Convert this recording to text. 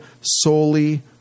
solely